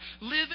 Live